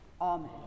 Amen